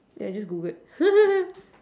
yeah just Googled